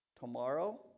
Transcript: Tomorrow